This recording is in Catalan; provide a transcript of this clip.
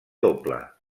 doble